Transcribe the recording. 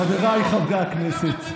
בחירתם תהיה על פי מצפונם.